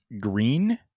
Green